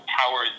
power